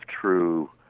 true